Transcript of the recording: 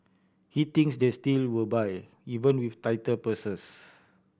he thinks they still will buy even with tighter purses